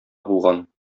булган